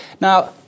Now